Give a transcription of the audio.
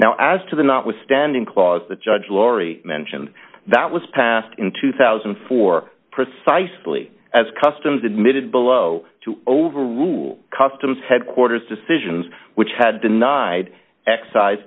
now as to the notwithstanding clause the judge laurie mentioned that was passed in two thousand and four precisely as customs admitted below to overrule customs headquarters decisions which had denied excise